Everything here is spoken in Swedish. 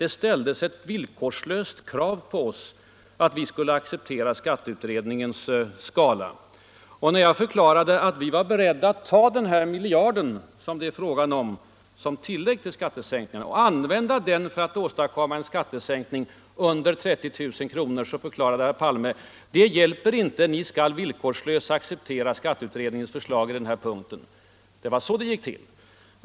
Det ställdes ett ovillkorligt krav på oss att vi skulle acceptera skatteutredningens skala. När jag förklarade att vi var beredda att ta den miljard som tillkom för att möjliggöra en större skattesänkning och använda den för att sänka skatterna för inkomsttagare under 30 000 kr., förklarade herr Palme: ”Det hjälper inte. Ni skall villkorslöst acceptera skatteutredningens förslag på denna punkt.” ”Det är ett villkor för fortsatta förhandlingar.” Så gick det till.